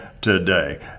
today